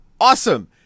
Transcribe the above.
awesome